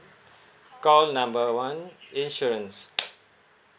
call number one insurance